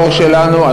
הדור שלנו,